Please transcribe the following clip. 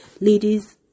Ladies